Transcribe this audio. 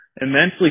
immensely